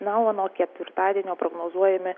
na o nuo ketvirtadienio prognozuojami